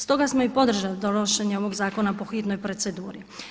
Stoga smo i podržali donošenje ovog zakona po hitnoj proceduri.